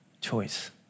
choice